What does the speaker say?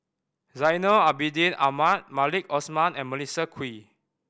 Zainal Abidin Ahmad Maliki Osman and Melissa Kwee